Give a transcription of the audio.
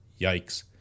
Yikes